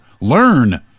Learn